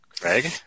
Craig